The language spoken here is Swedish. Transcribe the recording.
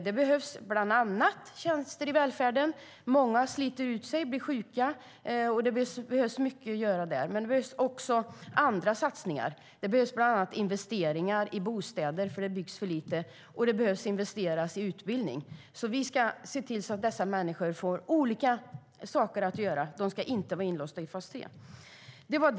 Det behövs bland annat tjänster i välfärden. Många sliter ut sig och blir sjuka. Det är mycket att göra där. Men det behövs också andra satsningar, bland annat investeringar i bostäder, för det byggs för lite, och i utbildning. Vi ska se till att dessa människor får olika saker att göra. De ska inte vara inlåsta i fas 3.